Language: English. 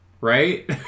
right